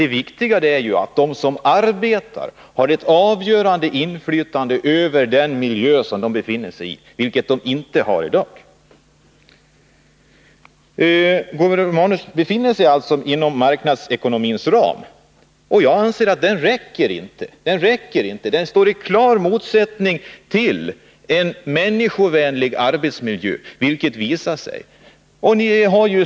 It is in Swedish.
Det viktiga är ju att de som arbetar har ett avgörande inflytande över den miljö som de befinner sig i, vilket de inte har i dag. Gabriel Romanus befinner sig alltså inom marknadsekonomins ram, och jag anser att den inte räcker. Marknadsekonomin står i klar motsättning till en människovänlig arbetsmiljö, vilket visar sig.